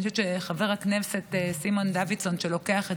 אני חושבת שחבר הכנסת סימן דוידסון לוקח את